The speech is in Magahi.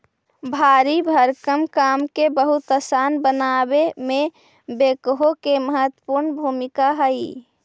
भारी भरकम काम के बहुत असान बनावे में बेक्हो के महत्त्वपूर्ण भूमिका हई